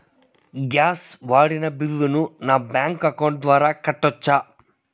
Gas వాడిన బిల్లును నా బ్యాంకు అకౌంట్ ద్వారా కట్టొచ్చా?